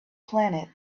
planet